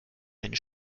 eine